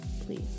please